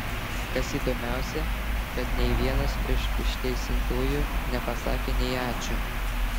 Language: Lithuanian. kas įdomiausią kad nei vienas iš išteisintųjų nepasakė nei ačiū